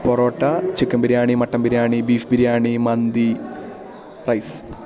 parotta chicken biryani mutton biryani beef biryani മന്തി rice